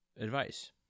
advice